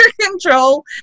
control